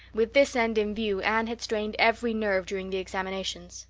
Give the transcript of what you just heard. with this end in view anne had strained every nerve during the examinations.